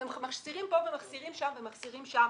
ומחסירים פה ומחסירים שם ומחסירים שם,